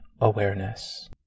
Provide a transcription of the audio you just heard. awareness